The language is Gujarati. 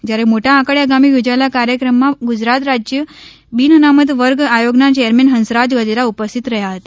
જ્યારે મોટા આંકડિયા ગામે યોજાયેલા કાર્યક્રમમાં ગુજરાત રાજ્ય બિન અનામત વર્ગ આયોગના ચેરમેન હંસરાજ ગજેરા ઉપસ્થિત રહ્યા હતા